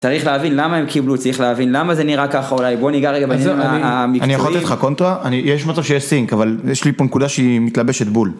צריך להבין למה הם קיבלו צריך להבין למה זה נראה ככה אולי בוא ניגע רגע אני יכול לתת לך קונטרה יש לי פה סינק אבל יש לי פה נקודה שהיא מתלבשת בול.